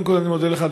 קודם כול אני מודה לך,